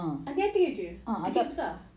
anting-anting jer kecil besar